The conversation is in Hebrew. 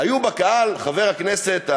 היו בקהל חבר הכנסת,